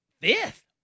fifth